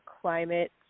climate